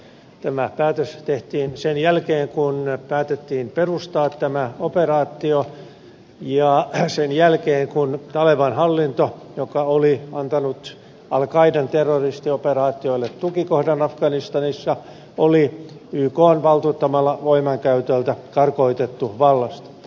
tämä päätös tehtiin sen jälkeen kun päätettiin perustaa tämä operaatio ja sen jälkeen kun taleban hallinto joka oli antanut al qaidan terroristioperaatioille tukikohdan afganistanissa oli ykn valtuuttamalla voimainkäytöllä karkoitettu vallasta